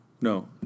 No